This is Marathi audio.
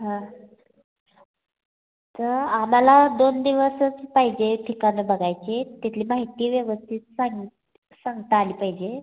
तर आम्हाला दोन दिवसच पाहिजे ठिकाणं बघायचे तिथली माहिती व्यवस्थित सांग सांगता आली पाहिजे